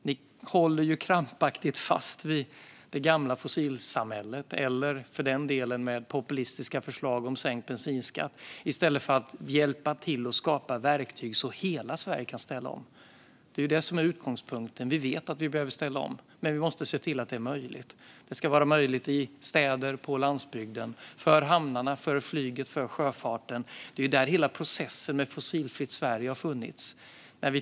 Ni håller ju krampaktigt fast vid det gamla fossilsamhället eller för den delen vid populistiska förslag om sänkt bensinskatt i stället för att hjälpa till att skapa verktyg så att hela Sverige kan ställa om. Det är ju detta som är utgångspunkten. Vi vet att vi behöver ställa om, men vi måste se till att det är möjligt. Det ska vara möjligt i städer och på landsbygden, för hamnarna, för flyget och för sjöfarten. Det är ju där hela processen med Fossilfritt Sverige har funnits.